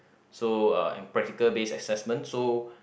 so uh and practical based assessment so